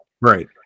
right